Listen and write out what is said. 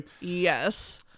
yes